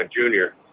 junior